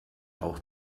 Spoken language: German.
auch